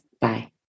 Bye